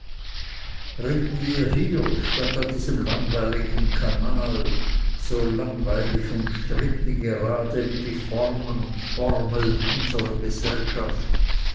ritten wir hier statt an diesem langweiligen kanal so langweilig und strippengerade wie die formen und formeln unsrer gesellschaft